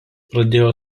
pradėjo